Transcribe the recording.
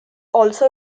also